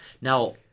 Now